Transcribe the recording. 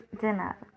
dinner